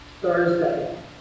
Thursday